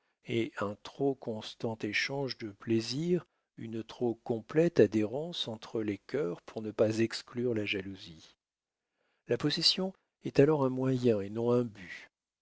et un trop constant échange de plaisirs une trop complète adhérence entre les cœurs pour ne pas exclure la jalousie la possession est alors un moyen et non un but